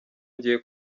ngiye